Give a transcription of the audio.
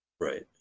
Right